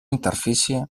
interfície